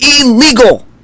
illegal